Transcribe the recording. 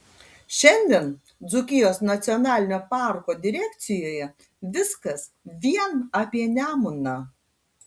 šiandien dzūkijos nacionalinio parko direkcijoje viskas vien apie nemuną